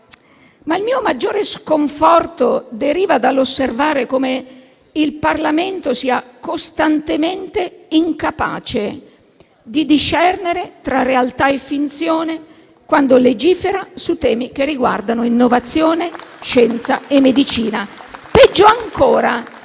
Il mio maggiore sconforto, però, deriva dall'osservare come il Parlamento sia costantemente incapace di discernere tra realtà e finzione quando legifera su temi che riguardano innovazione, scienza e medicina;